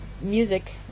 music